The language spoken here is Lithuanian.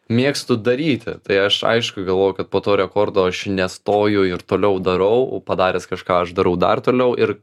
mėgstu daryti tai aš aišku galvojau kad po to rekordo aš nestoju ir toliau darau padaręs kažką aš darau dar toliau ir